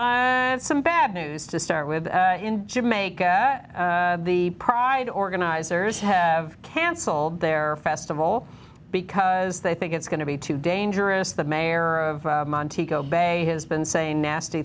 well some bad news to start with to make the pride organizers have canceled their festival because they think it's going to be too dangerous the mayor of monte kobe has been saying nasty